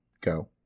go